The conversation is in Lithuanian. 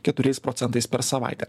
keturiais procentais per savaitę